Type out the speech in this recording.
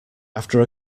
after